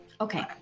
Okay